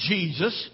Jesus